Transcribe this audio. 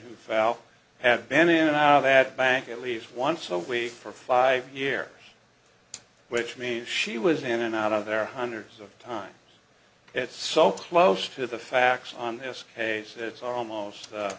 who fell had been in an hour that bank at least once a week for five year which means she was in and out of there hundreds of times it's so close to the facts on this case it's almost